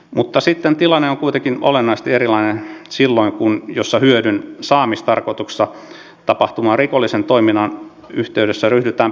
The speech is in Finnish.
mutta sitten tilanne on kuitenkin olennaisesti erilainen silloin kun hyödyn saamistarkoituksessa tapahtuvan rikollisen toiminnan yhteydessä ryhdytään peittelemään hyödyn jälkiä